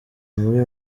muri